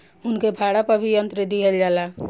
उनके भाड़ा पर भी यंत्र दिहल जाला